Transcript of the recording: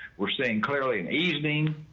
we're saying clearly an evening,